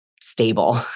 stable